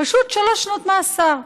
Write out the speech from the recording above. פשוט שלוש שנות מאסר.